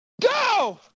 Go